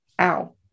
ow